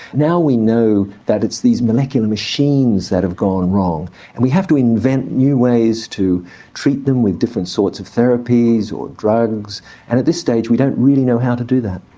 now we know that it's these molecular machines that have gone wrong and we have to invent new ways to treat them with different sorts of therapies or drugs and at this stage we don't really know how to do that.